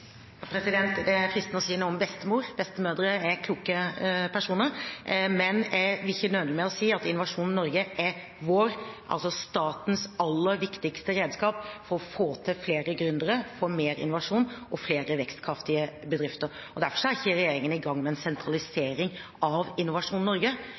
Det er fristende å si noe om bestemor, bestemødre er kloke personer, men jeg vil ikke nøle med å si at Innovasjon Norge er vårt, altså statens, aller viktigste redskap for å få fram flere gründere, få mer innovasjon og flere vekstkraftige bedrifter. Derfor er ikke regjeringen i gang med en sentralisering av Innovasjon Norge.